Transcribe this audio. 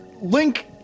Link